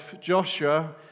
Joshua